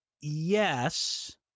Yes